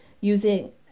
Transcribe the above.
using